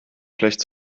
schlecht